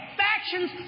factions